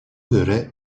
göre